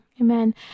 Amen